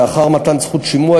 לאחר מתן זכות שימוע,